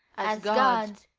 as gods,